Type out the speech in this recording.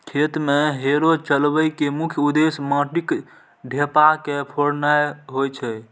खेत मे हैरो चलबै के मुख्य उद्देश्य माटिक ढेपा के फोड़नाय होइ छै